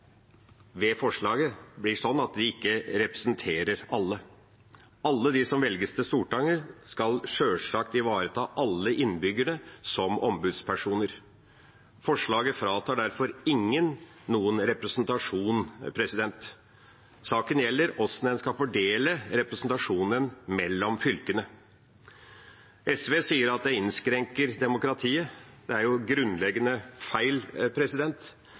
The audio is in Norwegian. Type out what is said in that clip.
ikke representerer alle. Alle de som velges til Stortinget, skal som ombudspersoner sjølsagt ivareta alle innbyggere. Forslaget fratar derfor ingen noen representasjon. Saken gjelder hvordan man skal fordele representasjonen mellom fylkene. SV sier at det innskrenker demokratiet. Det er grunnleggende feil.